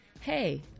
hey